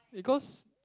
because